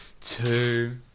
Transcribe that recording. Two